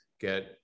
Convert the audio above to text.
get